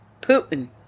Putin